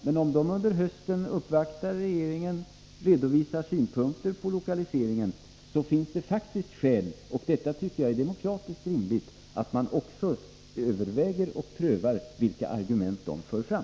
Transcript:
Men om de under hösten uppvaktar regeringen och redovisar synpunkter på lokaliseringen finns det faktiskt skäl — det tycker jag är demokratiskt rimligt — att också överväga och pröva de argument de för fram.